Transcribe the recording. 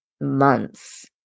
months